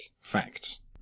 facts